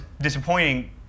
disappointing